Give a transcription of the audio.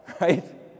right